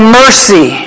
mercy